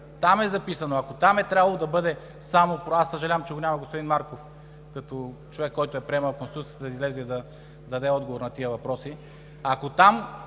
там е записано. Ако там е трябвало да бъде – аз съжалявам, че го няма господин Марков като човек, който е приемал Конституцията, да излезе и да даде отговор на тези въпроси, ако там